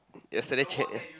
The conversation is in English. yesterday can